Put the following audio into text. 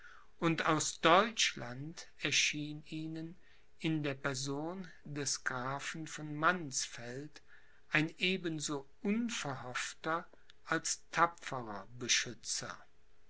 und aus deutschland erschien ihnen in der person des grafen von mannsfeld ein eben so unverhoffter als tapferer beschützer